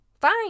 Fine